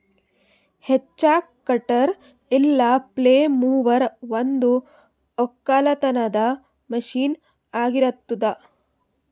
hedge cutter ಇಲ್ಲ flail mower ಒಂದು ಒಕ್ಕಲತನದ ಮಷೀನ್ ಆಗಿರತ್ತುದ್